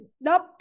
nope